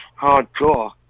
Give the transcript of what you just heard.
hardcore